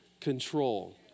control